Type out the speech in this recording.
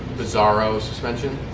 bizarro suspension?